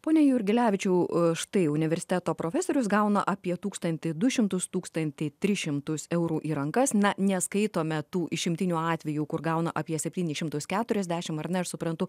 pone jurgelevičiau štai universiteto profesorius gauna apie tūkstantį du šimtus tūkstantį tris šimtus eurų į rankas na neskaitome tų išimtinių atvejų kur gauna apie septynis šimtus keturiasdešim ar ne aš suprantu